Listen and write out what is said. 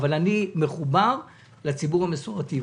אבל אני מחובר לציבור המסורתי,